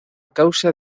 causa